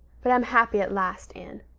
but i'm happy at last, anne.